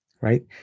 right